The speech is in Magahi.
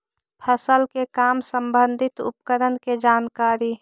फसल के काम संबंधित उपकरण के जानकारी?